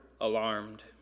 alarmed